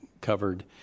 covered